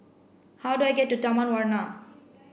how do I get to Taman Warna